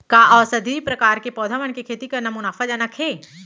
का औषधीय प्रकार के पौधा मन के खेती करना मुनाफाजनक हे?